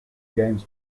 games